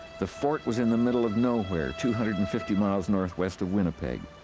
the fort was in the middle of nowhere two hundred and fifty miles northwest of winnipeg.